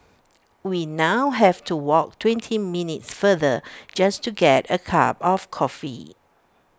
we now have to walk twenty minutes farther just to get A cup of coffee